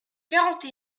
quarante